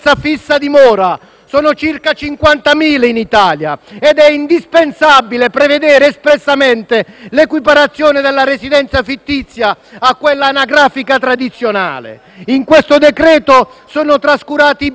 sono circa 50.000 in Italia ed è indispensabile prevedere espressamente l'equiparazione della residenza fittizia a quella anagrafica tradizionale. In questo decreto-legge sono trascurati i bambini e le donne.